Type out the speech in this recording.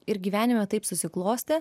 ir gyvenime taip susiklostė